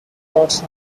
cards